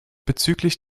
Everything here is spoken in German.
bezüglich